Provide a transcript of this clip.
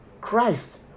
Christ